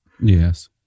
Yes